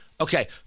Okay